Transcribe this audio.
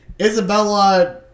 Isabella